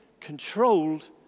controlled